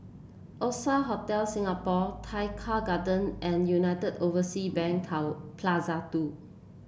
Oasia Hotel Singapore Tai Keng Garden and United Oversea Bank Cover Plaza Two